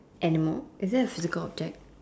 animal is that a physical object